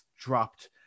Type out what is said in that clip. dropped